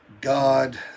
god